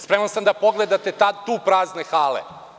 Spreman sam da pogledate tu prazne hale.